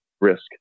risk